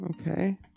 Okay